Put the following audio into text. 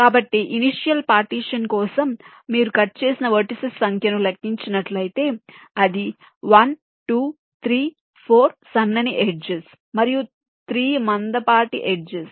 కాబట్టి initial partition కోసం మీరు కట్ చేసిన వెర్టిసిస్ సంఖ్యను లెక్కించినట్లయితే అది 1 2 3 4 సన్నని ఎడ్జెస్ మరియు 3 మందపాటి ఎడ్జెస్